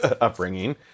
upbringing